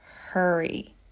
hurry